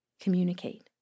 communicate